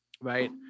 right